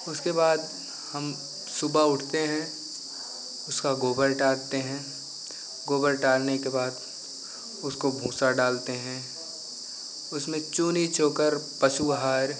उसके बाद हम सुबह उठते हैं उसका गोबर डालते हैं गोबर डालने के बाद उसको भूसा डालते हैं उसमें चूनी चोकर पशु आहार